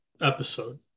episode